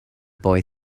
boy